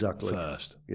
first